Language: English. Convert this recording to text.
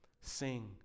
sing